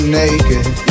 naked